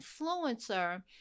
influencer